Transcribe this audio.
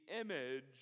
image